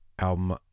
album